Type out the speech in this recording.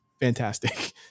fantastic